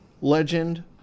legend